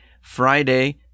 friday